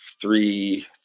three